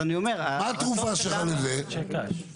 מה התרופה שלך לאנשי קש?